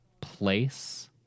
place